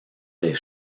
des